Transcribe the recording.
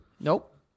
Nope